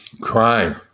crime